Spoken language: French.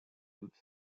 toute